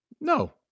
No